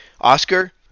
Oscar